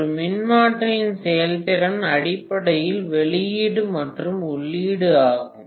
ஒரு மின்மாற்றியின் செயல்திறன் அடிப்படையில் வெளியீடு உள்ளீடு ஆகும்